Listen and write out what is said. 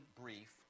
brief